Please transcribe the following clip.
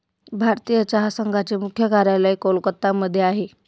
भारतीय चहा संघाचे मुख्य कार्यालय कोलकत्ता मध्ये आहे